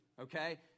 okay